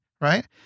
right